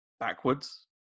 Backwards